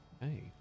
Hey